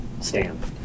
stamp